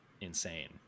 insane